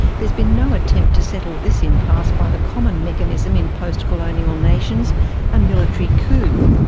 there's been no attempt to settle this impasse by the common mechanism in post-colonial nations a military coup.